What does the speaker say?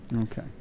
Okay